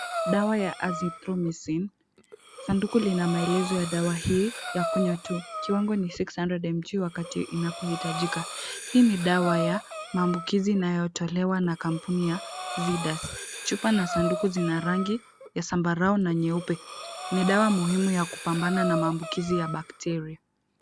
Dawa ya Azithromycin, sanduku lina maelezo ya dawa hii ya kunywa tu. Kiwango ni six hundred mg wakati inapohitajika. Hii ni dawa ya maambukizi inayotolewa na kampuni ya Zydus. Chupa na sanduku zina rangi ya zambarau na nyeupe. Ni dawa muhimu ya kupambana na maambukizi ya bakteria.